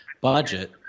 budget